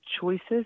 choices